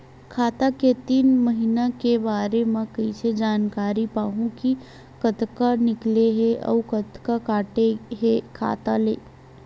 खाता के तीन महिना के बारे मा कइसे जानकारी पाहूं कि कतका निकले हे अउ कतका काटे हे खाता ले?